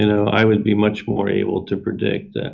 you know i would be much more able to predict that.